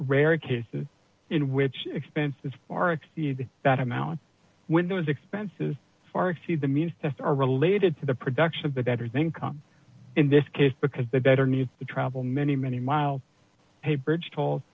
rare cases in which expenses far exceed that amount when those expenses far exceed the means test are related to the production of the debtors income in this case because the better need to travel many many miles a bridge toll